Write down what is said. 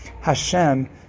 Hashem